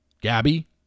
Gabby